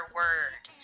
word